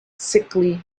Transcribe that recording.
sickly